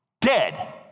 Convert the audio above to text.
dead